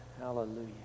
Hallelujah